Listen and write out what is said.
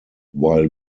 while